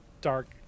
dark